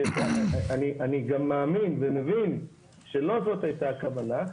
אני גם מאמין ומבין שלא זאת הייתה הכוונה.